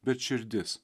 bet širdis